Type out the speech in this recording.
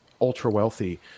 ultra-wealthy